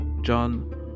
john